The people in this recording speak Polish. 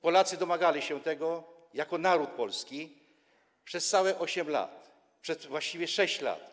Polacy domagali się tego jako naród polski przez całe 8 lat, a właściwie 6 lat.